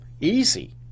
easy